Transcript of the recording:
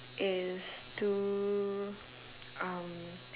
is to um